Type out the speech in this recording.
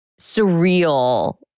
surreal